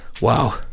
wow